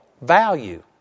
value